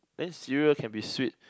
then cereal can be sweet